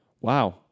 Wow